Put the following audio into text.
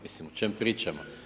Mislim, o čem pričamo?